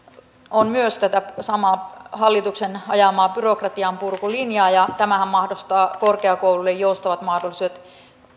on tätä samaa hallituksen ajamaa byrokratianpurkulinjaa ja tämähän mahdollistaa korkeakouluille joustavat mahdollisuudet